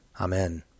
Amen